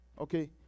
okay